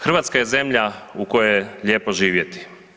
Hrvatska je zemlja u kojoj je lijepo živjeti.